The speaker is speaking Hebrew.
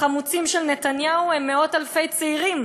החמוצים של נתניהו הם מאות אלפי צעירים